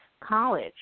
College